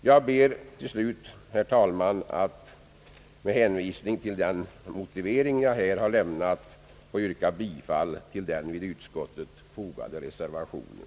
Jag ber till slut, herr talman, att med hänvisning till den motivering jag här har lämnat få yrka bifall till den vid utskottets betänkande fogade reservationen.